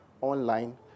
online